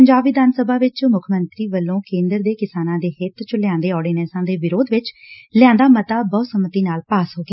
ਪੰਜਾਬ ਵਿਧਾਨ ਸਭਾ ਵਿਚ ਮੁੱਖ ਮੰਤਰੀ ਵੱਲੋਂ ਕੇਂਦਰ ਦੇ ਕਿਸਾਨਾਂ ਦੇ ਹਿੱਤ ਚ ਲਿਆਂਦੇ ਆਰਡੀਨੈਂਸਾਂ ਦੇ ਵਿਰੋਧ ਵਿਚ ਲਿਆਂਦਾ ਮੱਤਾ ਬਹੁ ਸੰਮਤੀ ਨਾਲ ਪਾਸ ਹੋ ਗਿਆ